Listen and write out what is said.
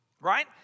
right